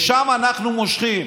לשם אנחנו מושכים,